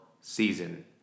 season